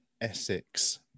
essex